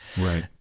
Right